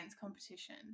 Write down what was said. competition